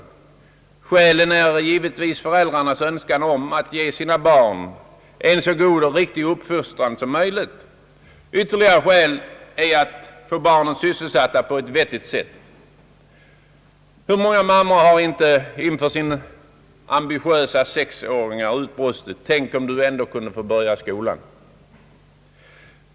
Ett skäl är givetvis föräldrarnas önskan att ge sina barn en så god och riktig uppfostran som möjligt. Ytterligare skäl är att man vill få barnen sysselsatta på ett vettigt sätt. Hur många mammor har inte inför sina ambitiösa 6-åringar utbrustit: Tänk om du ändå kunde få börja skolan!